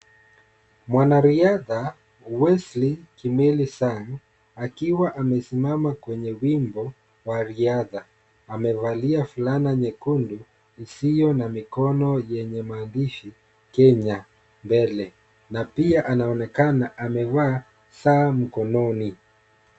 Mwanariadha Wesley Kimeli Son akiwa amesimama kwenye wimbo wa riadha, amevalia fulana nyekundu, isiyo na mikono yenye maandishi Kenya Mbele na pia anaonekana amevaa saa mkononi.